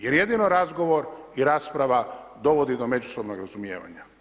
Jer jedino razgovor i rasprava dovodi do međusobnog razumijevanja.